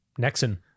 Nexon